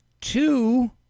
Two